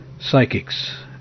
Psychics